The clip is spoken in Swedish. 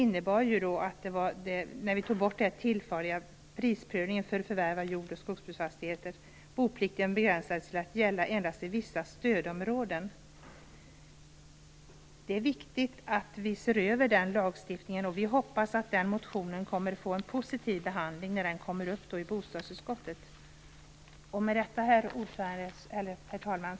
När vi tog bort den tillfälliga prisprövningen av förvärv av jordbruks och skogsbruksfastigheter begränsades boplikten till att gälla endast i vissa stödområden. Det är viktigt att den lagstiftningen ses över, och vi hoppas att motionen härom kommer att få en positiv behandling i bostadsutskottet. Herr talman!